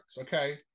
Okay